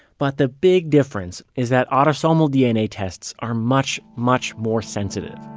but the big difference is that autosomal dna tests are much, much more sensitive